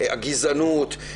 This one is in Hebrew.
הגזענות.